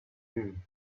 moon